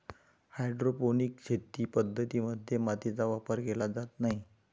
hydroponic शेती पद्धतीं मध्ये मातीचा वापर केला जात नाही